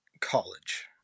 college